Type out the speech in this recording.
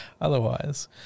otherwise